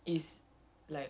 afro